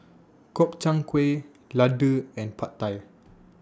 Gobchang Gui Ladoo and Pad Thai